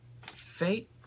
Fate